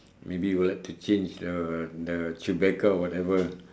maybe you would like to change the the chewbacca or whatever